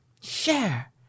share